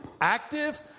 active